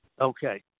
Okay